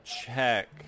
check